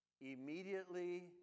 immediately